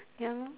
ya lor